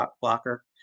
blocker